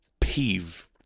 peeve